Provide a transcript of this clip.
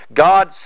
God